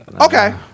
Okay